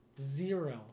zero